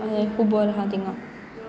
हें खूब बरो आसा थंय